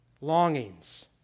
longings